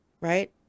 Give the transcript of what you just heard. Right